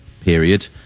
period